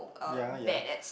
ya ya